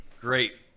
Great